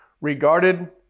regarded